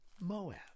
Moab